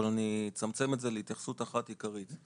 אבל אני אצמצם את זה להתייחסות אחת עיקרית.